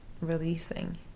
releasing